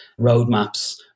roadmaps